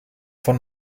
von